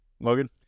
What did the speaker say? Logan